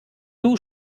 too